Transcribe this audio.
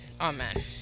Amen